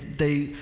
they,